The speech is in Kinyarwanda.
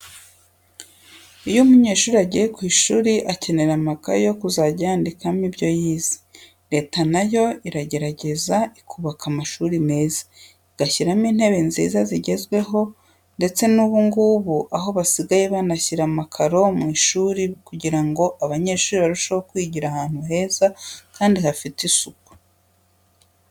Iyo umunyeshuri agiye ku ishuri akenera amakayi yo kuzajya yandikamo ibyo yize. Leta na yo iragerageza ikubaka amashuri meza, igashyiramo intebe inziza zigezweho, ndetse ubu ngubu ho basigaye banashyira amakaro mu ishuri kugira ngo abanyeshuri barusheho kwigira ahantu heza kandi hafite isuku.